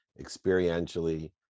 experientially